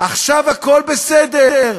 עכשיו הכול בסדר.